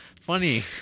funny